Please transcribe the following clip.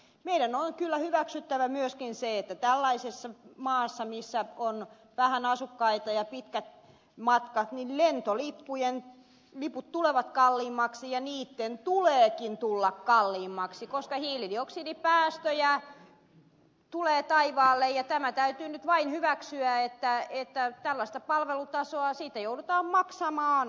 meidän on kyllä hyväksyttävä myöskin se että tällaisessa maassa missä on vähän asukkaita ja pitkät matkat lentoliput tulevat kalliimmiksi ja niiden tuleekin tulla kalliimmiksi koska hiilidioksidipäästöjä tulee taivaalle ja tämä täytyy nyt vain hyväksyä että tällaisesta palvelutasosta joudutaan maksamaan